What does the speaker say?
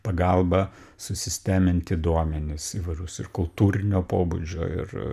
pagalba susisteminti duomenis įvairius ir kultūrinio pobūdžio ir